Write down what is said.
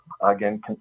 again